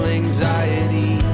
anxiety